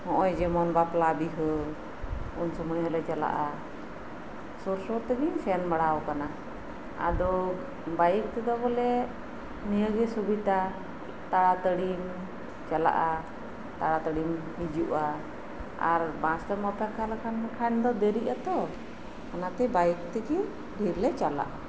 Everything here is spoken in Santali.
ᱱᱚᱜ ᱚᱭ ᱡᱮᱢᱚᱱ ᱵᱟᱯᱞᱟ ᱵᱤᱦᱟᱹ ᱩᱱᱥᱩᱢᱟᱹᱭ ᱦᱚᱸᱞᱮ ᱪᱟᱞᱟᱜᱼᱟ ᱥᱩᱨ ᱥᱩᱨᱛᱮᱜᱮᱧ ᱥᱮᱱ ᱵᱟᱲᱟᱣ ᱟᱠᱟᱱᱟ ᱟᱫᱚ ᱵᱟᱭᱤᱠ ᱛᱮᱫᱚ ᱵᱚᱞᱮ ᱱᱤᱭᱟᱹᱜᱮ ᱥᱩᱵᱤᱛᱟ ᱛᱟᱲᱟᱛᱟᱲᱤᱢ ᱪᱟᱞᱟᱜᱼᱟ ᱛᱟᱲᱟ ᱛᱟᱲᱤᱢ ᱦᱤᱡᱩᱜᱼᱟ ᱟᱨ ᱵᱟᱥ ᱛᱮᱢ ᱚᱯᱮᱠᱠᱷᱟ ᱞᱮᱠᱷᱟᱱ ᱫᱚ ᱫᱮᱨᱤᱜᱼᱟ ᱛᱚ ᱚᱱᱟᱛᱮ ᱵᱟᱭᱤᱠ ᱛᱮᱜᱮ ᱰᱷᱮᱨ ᱞᱮ ᱪᱟᱞᱟᱜᱼᱟ